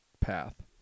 path